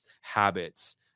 habits